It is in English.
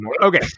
okay